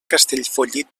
castellfollit